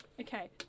Okay